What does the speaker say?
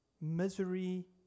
misery